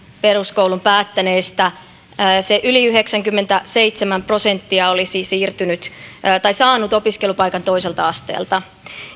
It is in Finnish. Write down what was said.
peruskoulun päättäneistä yli yhdeksänkymmentäseitsemän prosenttia olisi saanut opiskelupaikan toiselta asteelta